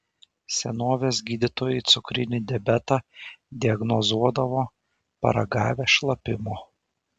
senovės gydytojai cukrinį diabetą diagnozuodavo paragavę šlapimo